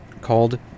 called